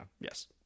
Yes